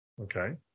Okay